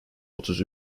otuz